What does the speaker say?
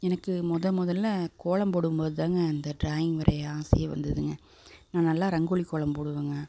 எனக்கு மொதன் முதல்ல கோலம் போடும் போதுதாங்க அந்த ட்ராயிங் வரைய ஆசையே வந்துதுங்க நான் நல்லா ரங்கோலி கோலம் போடுவேங்க